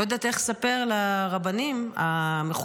לא יודעת איך לספר לרבנים המכובדים